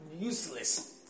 useless